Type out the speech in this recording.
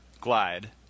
glide